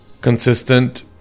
consistent